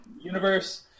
universe